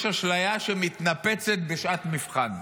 יש אשליה שמתנפצת בשעת מבחן.